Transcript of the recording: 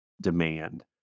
demand